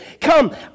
Come